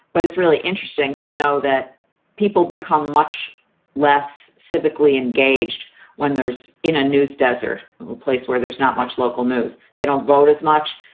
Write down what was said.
but it's really interesting to know that people become much less civically engaged when there's in a news desert, a place where there's not much local news. they don't vote as much.